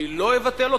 אני לא אבטל אותם.